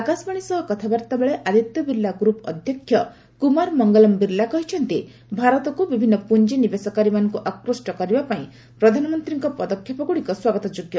ଆକାଶବାଣୀ ସହ କଥାବାର୍ତ୍ତା ବେଳେ ଆଦିତ୍ୟ ବିର୍ଲା ଗ୍ରପ୍ର ଅଧ୍ୟକ୍ଷ କୁମାର ମଙ୍ଗଲମ୍ ବିର୍ଲା କହିଛନ୍ତି ଭାରତକୁ ବିଭିନ୍ନ ପୁଞ୍ଜିନିବେଶକାରୀମାନଙ୍କୁ ଆକୃଷ୍ଟ କରିବା ପାଇଁ ପ୍ରଧାନମନ୍ତ୍ରୀଙ୍କ ପଦକ୍ଷେପଗୁଡ଼ିକ ସ୍ୱାଗତ ଯୋଗ୍ୟ